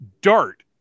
dart